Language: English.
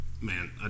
Man